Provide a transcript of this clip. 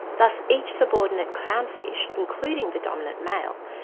thus each subordinate clownfish, including the dominant male,